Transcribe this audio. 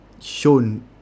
shown